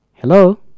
Hello